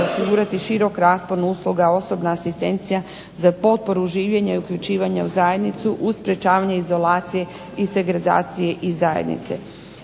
osigurati širok raspon usluga, osobna asistencija za potporu življenja i uključivanja u zajednicu uz sprječavanje izolacije i segregacije iz zajednice.